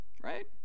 right